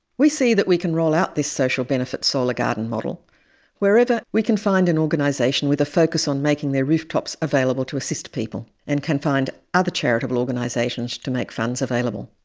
we see that we can roll out this social benefit solar garden model wherever we can find an organisation with a focus on making their rooftops available to assist people, and can find other charitable organisations to make funds available.